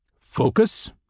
Focus